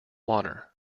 water